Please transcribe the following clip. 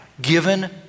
given